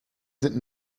sind